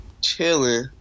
chilling